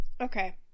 Okay